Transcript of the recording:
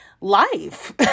life